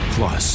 Plus